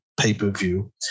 pay-per-view